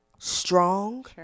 strong